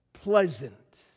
pleasant